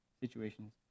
situations